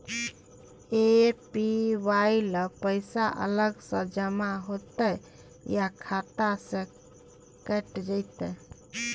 APY ल पैसा अलग स जमा होतै या खाता स कैट जेतै?